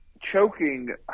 choking